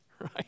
right